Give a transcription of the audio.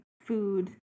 food